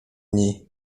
niej